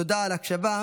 תודה על ההקשבה.